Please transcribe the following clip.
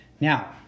Now